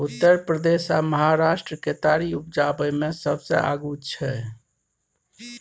उत्तर प्रदेश आ महाराष्ट्र केतारी उपजाबै मे सबसे आगू छै